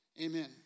Amen